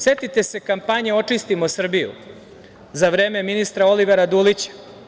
Setite se kampanje „Očistimo Srbiju“ za vreme ministra Olivera Dulića.